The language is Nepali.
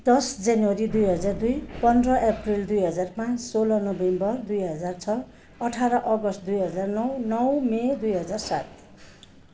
दस जनवरी दुई हजार दुई पन्ध्र अप्रेल दुई हजार पाँच सोह्र नोभेम्बर दुई हजार छ अठाह्र अगस्ट दुई हजार नौ नौ मे दुई हजार सात